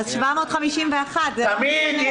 אז 751. תמיד יש